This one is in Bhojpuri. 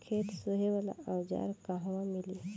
खेत सोहे वाला औज़ार कहवा मिली?